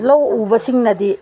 ꯂꯧ ꯎꯕꯁꯤꯡꯅꯗꯤ